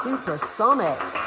Supersonic